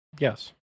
Yes